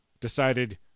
decided